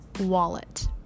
wallet